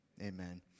Amen